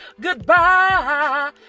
Goodbye